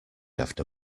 after